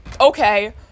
Okay